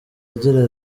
agira